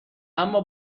اما